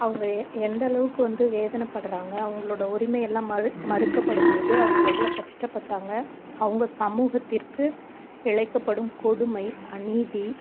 அவங்க எ எந்தளவுக்கு வந்து வேதனைபட்றாங்க அவங்களோட உரிமையெல்லாம் மறு மறுக்கப்படும்போது அவங்க எவ்வளோ கஷ்டப்பட்டாங்க அவங்க சமூகத்திற்கு இழைக்கப்படும் கொடுமை அநீதி